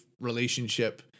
relationship